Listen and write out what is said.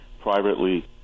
privately